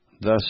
thus